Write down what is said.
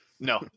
No